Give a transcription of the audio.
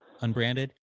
Unbranded